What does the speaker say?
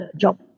job